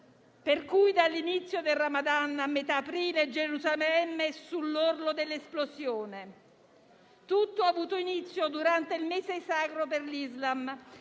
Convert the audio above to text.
per cui dall'inizio del *ramadan* a metà aprile Gerusalemme è sull'orlo dell'esplosione? Tutto ha avuto inizio durante il mese sacro per l'Islam*:*